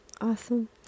awesome